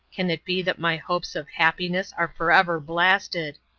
can it be that my hopes of happiness are forever blasted!